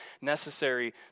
necessary